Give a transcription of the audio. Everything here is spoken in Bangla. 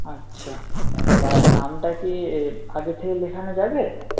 আচ্ছা তা নামটা কি আগে থেকে লেখানো যাবে